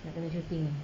nak kena shooting eh